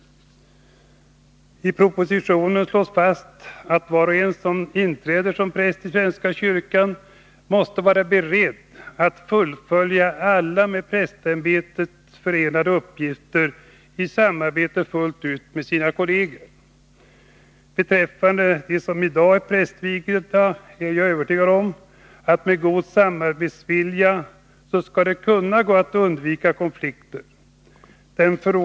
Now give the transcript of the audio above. I propositionen slås fast att var och en som inträder som präst i svenska kyrkan måste vara beredd att fullgöra alla med prästämbetet förenade uppgifter i samarbete fullt ut med sina kolleger. Beträffande dem som i dag är prästvigda är jag övertygad om att det med god samarbetsvilja skall gå att undvika konfliktsituationer.